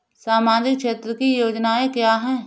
सामाजिक क्षेत्र की योजनाएँ क्या हैं?